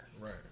right